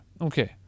Okay